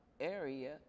area